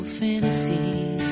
fantasies